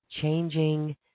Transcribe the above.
changing